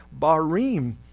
Barim